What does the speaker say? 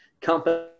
company